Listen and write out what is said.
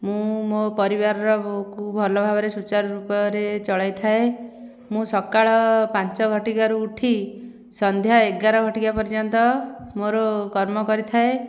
ମୁଁ ମୋ ପରିବାରକୁ ଭଲ ଭାବରେ ସୂଚାରୁ ରୂପରେ ଚଳାଇ ଥାଏ ମୁଁ ସକାଳ ପାଞ୍ଚ ଘଟିକାରୁ ଉଠି ସନ୍ଧ୍ୟା ଏଗାର ଘଟିକା ପର୍ଯ୍ୟନ୍ତ ମୋର କର୍ମ କରିଥାଏ